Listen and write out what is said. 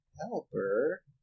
helper